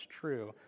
true